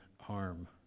harm